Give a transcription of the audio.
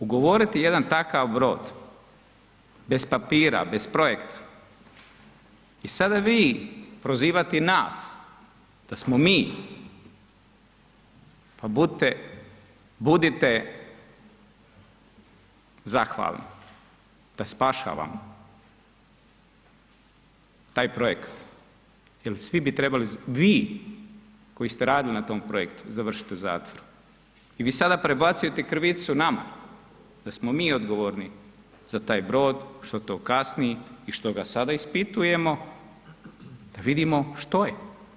Ugovoriti jedan takav brod bez papira, bez projekta i sada vi prozivati nas da smo mi, pa budite zahvalni da spašavamo taj projekat jer vi koji ste radili na tom projektu, završiti u zatvoru i vi sada prebacujete krivicu nama da smo mi odgovorni za taj brod što to kasni i što ga sada ispitujemo da vidimo što je.